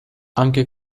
anche